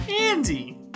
Andy